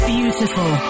Beautiful